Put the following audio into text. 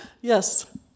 Yes